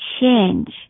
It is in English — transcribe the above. change